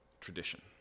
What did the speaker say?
tradition